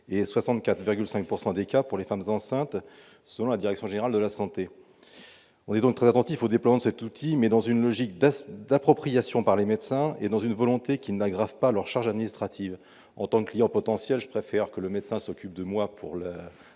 et pour 64,5 % des femmes enceintes, selon la direction générale de la santé. On est donc très attentif au déploiement de cet outil, mais dans une logique d'appropriation par les médecins, conformément à la volonté de ne pas aggraver leur charge administrative. En tant que patient potentiel, je préfère que le médecin s'occupe de moi pour ce